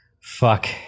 Fuck